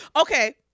Okay